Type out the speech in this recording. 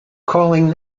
calling